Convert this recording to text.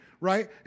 right